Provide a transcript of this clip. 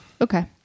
Okay